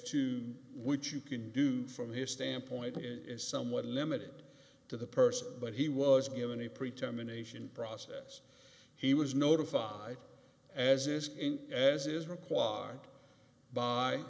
to which you can do from his standpoint in somewhat limited to the person but he was given a pre term an asian process he was notified as is in as is required by